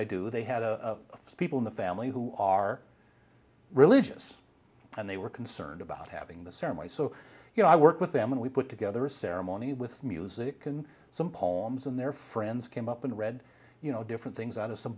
i do they had a people in the family who are religious and they were concerned about having the ceremony so you know i work with them and we put together a ceremony with music and some poems and their friends came up and read you know different things out of some